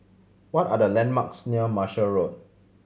what are the landmarks near Marshall Road